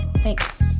Thanks